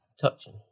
touching